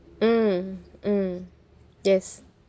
mm mm yes